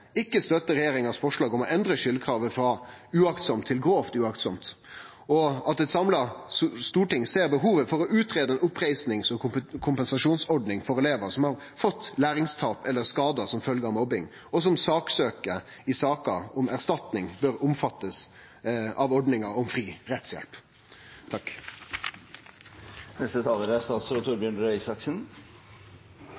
ikkje støttar forslaget frå regjeringa om å endre skuldkravet frå aktlaust til grovt aktlaust, og at eit samla storting ser behovet for å greie ut ei oppreising som kompensasjonsordning for elevar som har fått læringstap eller skadar som følgje av mobbing – og som for saksøkjar i saker om erstatning bør omfattast av ordningar om fri rettshjelp.